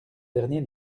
dernier